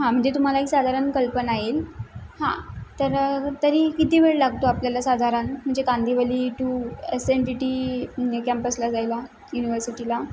हां म्हणजे तुम्हाला एक साधारण कल्पना येईल हां तर तरी किती वेळ लागतो आपल्याला साधारण म्हणजे Kandivali to S N D T कॅम्पसला जायला युनिवर्सिटीला